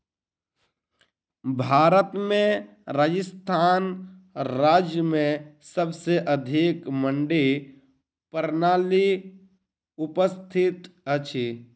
भारत में राजस्थान राज्य में सबसे अधिक मंडी प्रणाली उपस्थित अछि